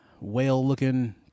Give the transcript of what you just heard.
whale-looking